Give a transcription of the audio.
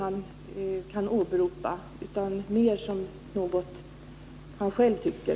Det förefaller alltså mig mera vara något som han själv tycker.